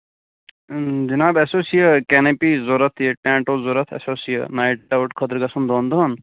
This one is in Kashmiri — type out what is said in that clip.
حِناب اَسہِ اوس یہِ کینوپی ضروٗرت تہٕ ٹینٛٹ اوس ضروٗرت اَسہِ اوس یہِ نایِٹ آوُٹ خٲطرٕ گژھُن دۅن دۄہَن